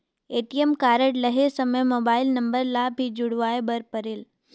ATM card लहे समय mobile number ला भी जुड़वाए बर परेल?